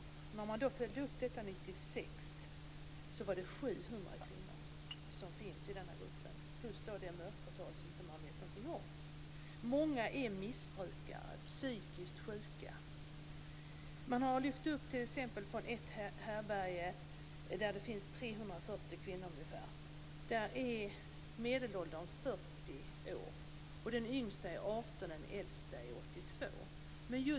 När man följde upp detta 1996 fann man att det fanns 700 hemlösa kvinnor plus det mörkertal som man inte vet någonting om. Många är missbrukare och psykiskt sjuka. På ett härbärge där det finns ungefär 340 kvinnor är medelåldern 40 år. Den yngsta är 18 år, och den äldsta är 82 år.